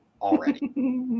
already